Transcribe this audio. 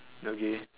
okay